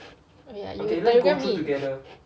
okay ah you telegram me